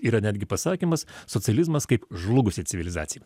yra netgi pasakymas socializmas kaip žlugusi civilizacija